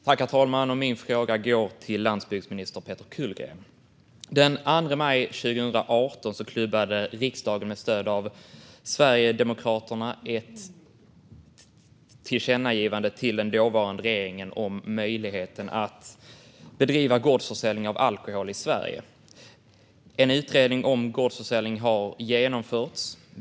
Herr talman! Min fråga går till landsbygdsminister Peter Kullgren. Den 2 maj 2018 klubbade riksdagen med stöd av Sverigedemokraterna ett tillkännagivande till den dåvarande regeringen om möjligheten att bedriva gårdsförsäljning av alkohol i Sverige. En utredning om gårdsförsäljning har genomförts.